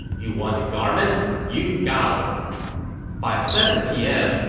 you wanted garments? you got em by seven p m,